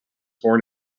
born